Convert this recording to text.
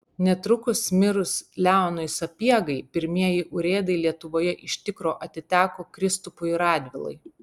netrukus mirus leonui sapiegai pirmieji urėdai lietuvoje iš tikro atiteko kristupui radvilai